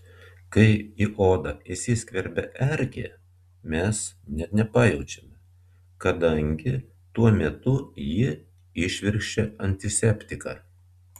kai į odą įsiskverbia erkė mes net nepajaučiame kadangi tuo metu ji įšvirkščia antiseptiką